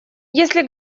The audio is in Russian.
если